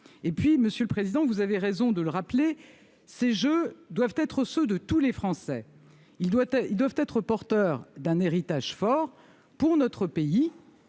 Enfin, monsieur le président Patriat, vous avez raison de rappeler que ces jeux doivent être ceux de tous les Français. Ils doivent être porteurs d'un héritage fort pour notre pays